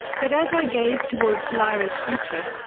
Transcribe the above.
but as i gaze towards lyra's future,